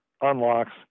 unlocks